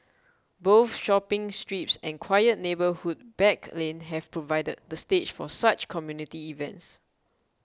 both shopping strips and quiet neighbourhood back lanes have provided the stage for such community events